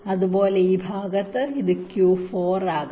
അതുപോലെ ഈ ഭാഗത്ത് ഇത് Q4 ആകാം